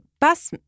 bus